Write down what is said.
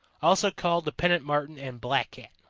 also called the pennant marten and blackcat.